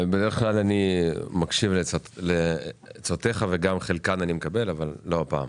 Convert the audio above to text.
בדרך כלל אני מקשיב לעצותיך ואת חלקן אני גם מקבל אבל לא הפעם.